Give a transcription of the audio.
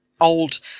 old